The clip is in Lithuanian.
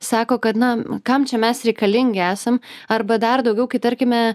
sako kad na kam čia mes reikalingi esam arba dar daugiau kai tarkime